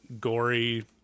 gory